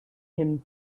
him